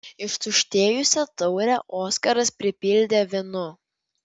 ištuštėjusią taurę oskaras pripildė vynu